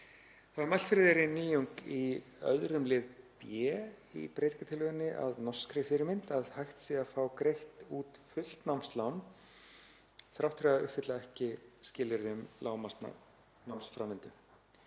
Þá er mælt fyrir þeirri nýjung í b-lið 2. liðar í breytingartillögunni að norskri fyrirmynd að hægt sé að fá greitt út fullt námslán þrátt fyrir að uppfylla ekki skilyrði um lágmarksnámsframvindu.